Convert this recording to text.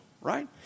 right